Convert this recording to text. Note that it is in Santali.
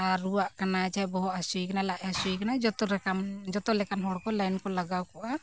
ᱟᱨ ᱨᱩᱣᱟᱹᱜ ᱠᱟᱱᱟᱭ ᱪᱟᱦᱮ ᱵᱚᱦᱚᱜ ᱦᱟᱥᱩᱭ ᱠᱟᱱᱟ ᱞᱟᱡ ᱦᱟᱥᱩᱭ ᱠᱟᱱᱟ ᱡᱚᱛᱚ ᱞᱮᱠᱟᱱ ᱡᱚᱛᱚ ᱞᱮᱠᱟᱱ ᱦᱚᱲᱠᱚ ᱠᱚ ᱞᱟᱜᱟᱣ ᱠᱚᱜᱼᱟ